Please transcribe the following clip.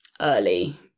early